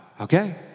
okay